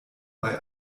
bei